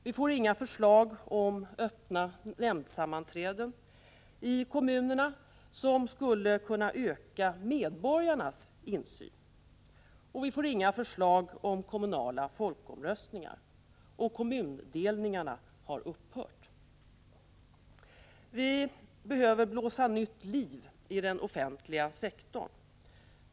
Vi får inga förslag om öppna nämndsammanträden i kommunerna, som skulle kunna öka medborgarnas insyn. Och vi får inga förslag om kommunala folkomröstningar. Och kommundelningarna har upphört. Vi behöver blåsa nytt liv i den offentliga sektorn.